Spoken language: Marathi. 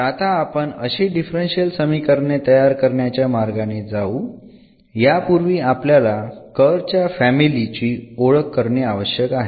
तर आता आपण अशी डिफरन्शियल समीकरणे तयार करण्याच्या मार्गाने जाऊ यापूर्वी आपल्याला कर्व च्या फॅमिली ची ओळख करणे आवश्यक आहे